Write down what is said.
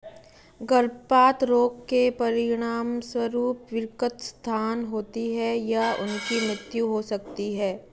गर्भपात रोग के परिणामस्वरूप विकृत संतान होती है या उनकी मृत्यु हो सकती है